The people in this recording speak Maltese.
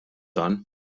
dan